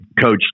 coach